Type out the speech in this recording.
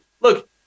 Look